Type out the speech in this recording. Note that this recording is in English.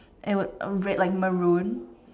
it was red like Maroon